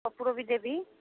କର୍ପୂର ବି ଦେବି